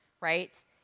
right